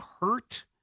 hurt